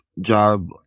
job